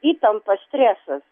įtampa stresas